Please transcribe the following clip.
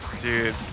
Dude